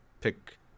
pick